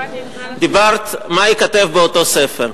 דיברת על מה ייכתב באותו ספר.